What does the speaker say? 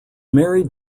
married